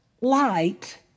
light